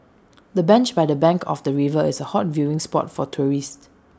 the bench by the bank of the river is A hot viewing spot for tourists